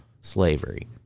Slavery